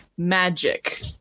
Magic